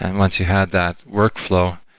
and once you had that workflow,